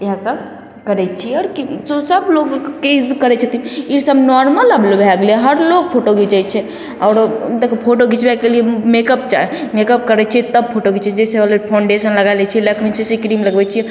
इएए सब करय छियै आओर की सब लोग यही करय छथिन ई सब नॉर्मल आब भए गेलय हइ हर लोग फोटो घिचय छै ओरो देखो फोटो घिचबयके लिये मेकअप चाही मेकअप करय छियै तब फोटो घिचै छियै जैसे होलय फाउन्डेशन लगा लै छियै लैकमेके छै से क्रीम लगबय छियै